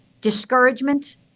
discouragement